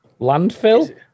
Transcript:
Landfill